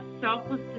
selfless